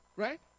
Right